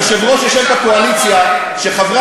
היושב-ראש יישר את הקואליציה כשחברי